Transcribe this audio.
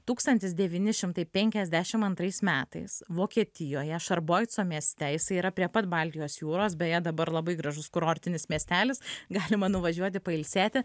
tūkstantis devyni šimtai penkiasdešim antrais metais vokietijoje šarboico mieste jisai yra prie pat baltijos jūros beje dabar labai gražus kurortinis miestelis galima nuvažiuoti pailsėti